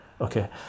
okay